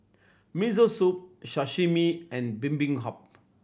Miso Soup Sashimi and Bibimbap